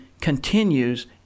continues